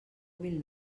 mòbil